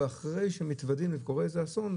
אבל אחרי שקורה איזה אסון,